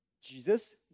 Jesus